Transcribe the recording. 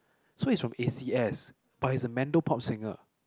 so he's from A_C_S but he's a Mando-pop singer